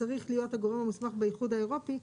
צריך להיות הגורם המוסמך באיחוד האירופי,